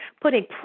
putting